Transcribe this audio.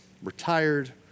retired